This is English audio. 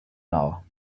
now